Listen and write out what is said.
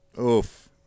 Oof